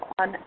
on